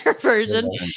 version